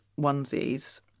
onesies